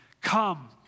Come